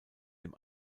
dem